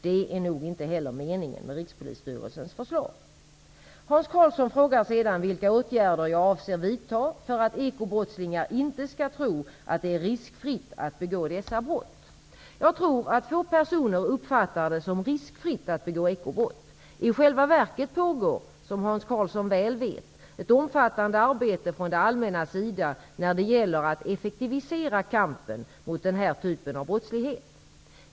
Det är nog heller inte meningen med Hans Karlsson frågar sedan vilka åtgärder jag avser att vidta för att ekobrottslingar inte skall tro att det är riskfritt att begå dessa brott. Jag tror att få personer uppfattar det som riskfritt att begå ekobrott. I själva verket pågår, som Hans Karlsson väl vet, ett omfattande arbete från det allmännas sida när det gäller att effektivisera kampen mot den här typen av brottslighet.